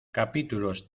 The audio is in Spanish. capítulos